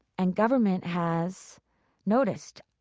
and government has noticed,